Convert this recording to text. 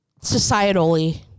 societally